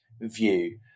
view